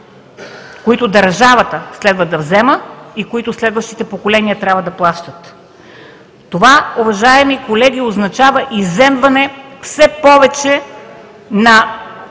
които държавата следва да взема и следващите поколения трябва да плащат. Това, уважаеми колеги, означава изземване все повече на